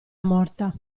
morta